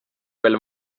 veel